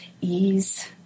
ease